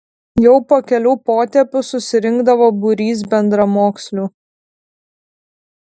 jau po kelių potėpių susirinkdavo būrys bendramokslių